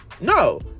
No